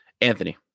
Anthony